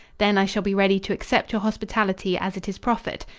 then i shall be ready to accept your hospitality as it is proffered.